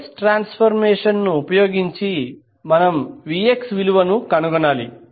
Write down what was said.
source transformation ను ఉపయోగించి మనము Vx విలువను కనుగొనాలి